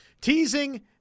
teasing